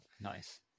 Nice